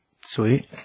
Sweet